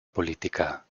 política